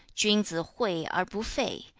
jun zi hui, er bu fei,